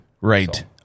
right